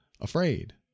afraid